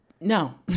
No